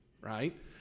right